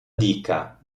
dica